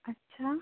আচ্ছা